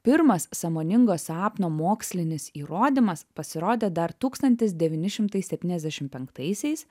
pirmas sąmoningo sapno mokslinis įrodymas pasirodė dar tūkstantis devyni šimtai septyniasdešim penktaisiais